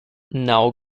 now